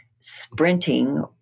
sprinting